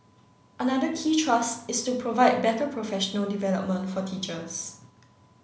another key thrust is to provide better professional development for teachers